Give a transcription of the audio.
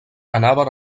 anaven